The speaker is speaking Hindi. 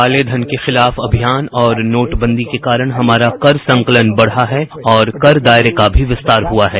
कालेधन के खिलाफ अभियान और नोटबंदी के कारण हमारा कर संकलन बढ़ा है और कर दायरे का भी विस्तार हुआ है